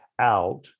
out